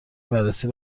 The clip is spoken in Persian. بررسی